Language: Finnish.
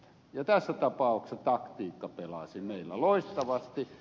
tässä tapauksessa taktiikka pelasi meillä loistavasti